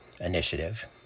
initiative